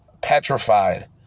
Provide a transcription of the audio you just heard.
petrified